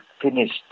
finished